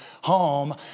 home